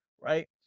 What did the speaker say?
right